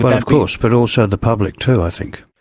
but of course, but also the public too i think.